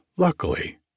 Luckily